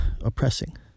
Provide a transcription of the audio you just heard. oppressing